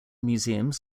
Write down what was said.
museums